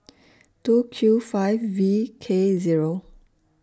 two Q five V K Zero